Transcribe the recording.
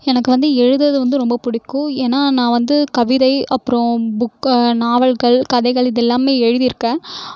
எனக்கு வந்து எழுதுவது வந்து ரொம்ப பிடிக்கும் ஏன்னால் நான் வந்து கவிதை அப்புறம் புக் நாவல்கள் கதைகள் இது எல்லாமே எழுதியிருக்கேன்